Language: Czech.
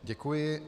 Děkuji.